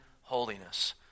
holiness